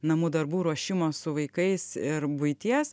namų darbų ruošimo su vaikais ir buities